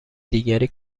دیگری